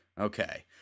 Okay